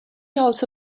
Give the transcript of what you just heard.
also